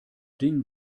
ding